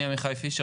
אני עמיחי פישר,